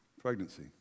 pregnancy